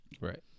right